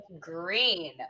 green